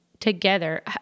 together